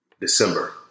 December